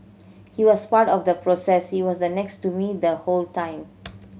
he was part of the process he was the next to me the whole time